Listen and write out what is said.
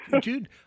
Dude